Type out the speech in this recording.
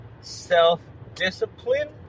self-discipline